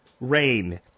rain